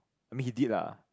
I mean he did lah